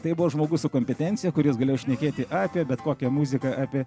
tai buvo žmogus su kompetencija kuris gali šnekėti apie bet kokią muziką apie